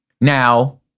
Now-